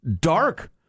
Dark